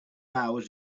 hours